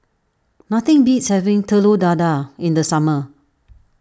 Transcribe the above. nothing beats having Telur Dadah in the summer